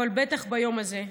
אבל בטח ביום הזה.